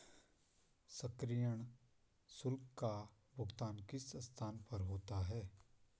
सक्रियण शुल्क का भुगतान किस स्थान पर होता है?